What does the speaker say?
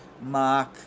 Mark